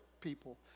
people